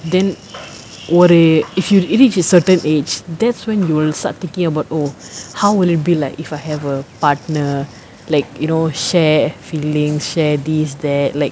then ஒரு:oru it should if you reach a certain age that's when you'll start thinking about oh how will it be like if I have a partner like you know share feelings share these that like